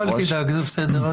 אל תדאג, זה בסדר.